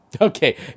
Okay